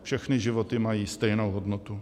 Všechny životy mají stejnou hodnotu.